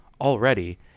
already